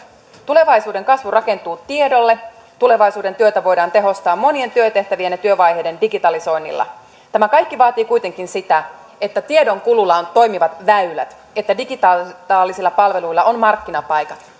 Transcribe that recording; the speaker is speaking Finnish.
tulevaisuuden kasvu rakentuu tiedolle tulevaisuuden työtä voidaan tehostaa monien työtehtävien ja työvaiheiden digitalisoinnilla tämä kaikki vaatii kuitenkin sitä että tiedonkululla on toimivat väylät että digitaalisilla palveluilla on markkinapaikat